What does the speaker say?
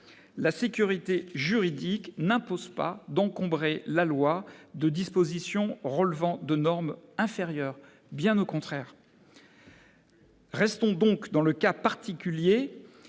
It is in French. La sécurité juridique n'impose pas d'encombrer la loi de dispositions relevant de normes inférieures, bien au contraire. Restons donc dans le cas particulier